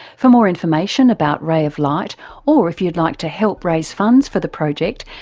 for more information about ray of light or if you'd like to help raise funds for the project,